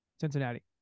Cincinnati